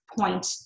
point